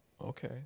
Okay